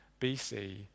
BC